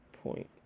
point